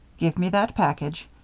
give me that package.